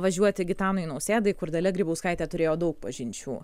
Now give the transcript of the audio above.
važiuoti gitanui nausėdai kur dalia grybauskaitė turėjo daug pažinčių